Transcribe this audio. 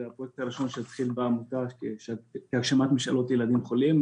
זה הפרויקט הראשון שהתחיל בהגשמת משאלות של ילדים חולים.